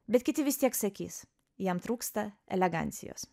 bet kiti vis tiek sakys jam trūksta elegancijos